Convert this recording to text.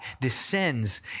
descends